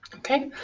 okay.